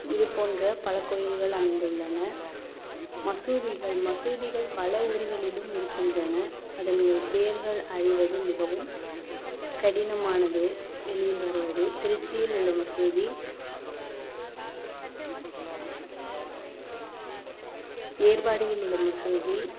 இது போன்ற பல கோயில்கள் அமைந்துள்ளன மசூதிகள் மசூதிகள் பல ஊர்களிலும் இருக்கின்றன அதன்கள் பேர்கள் அழிவது மிகவும் கடினமானது வெளியில் வருவது திருச்சியில் உள்ள மசூதி ஏர்வாடியில் உள்ள மசூதி